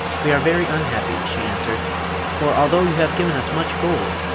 we are very unhappy, she answered for, although you have given us much gold,